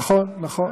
נכון.